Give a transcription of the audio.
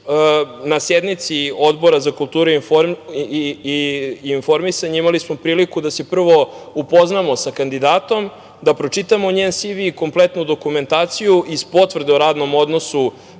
na sednici Odbora za kulturu i informisanje imali smo priliku da se prvo upoznamo sa kandidatom, da pročitam njen CV i kompletnu dokumentaciju. Iz potvrde o radnom odnosu